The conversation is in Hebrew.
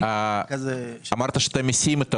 לאן אתם מסיעים את העולים?